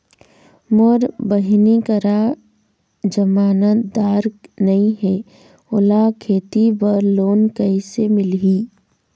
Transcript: मोर बहिनी करा जमानतदार नई हे, ओला खेती बर लोन कइसे मिलही?